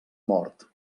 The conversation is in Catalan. mort